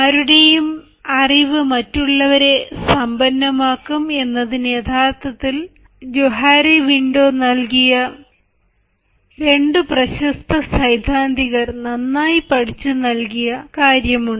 ആരുടേയും അറിവ് മറ്റുള്ളവരെ സമ്പന്നമാക്കും എന്നത് യഥാർത്ഥത്തിൽ ജോഹാരി വിൻഡോ നൽകിയ രണ്ട് പ്രശസ്ത സൈദ്ധാന്തികർ നന്നായി പഠിച്ചു മനസ്സിലാക്കിയ കാര്യമാണ്